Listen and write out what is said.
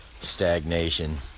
stagnation